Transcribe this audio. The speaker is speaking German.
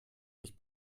ich